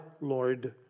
Lord